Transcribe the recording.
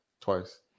twice